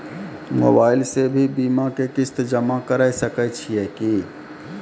Mobile से भी बीमा के किस्त जमा करै सकैय छियै कि?